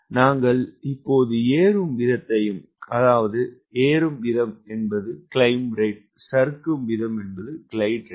நாங்கள் இப்போது ஏறும் வீதத்தையும் சறுக்கு வீதத்தையும் பார்வையிடுவோம்